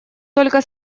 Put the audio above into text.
только